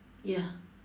ya